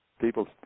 people